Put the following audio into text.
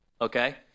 Okay